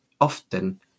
often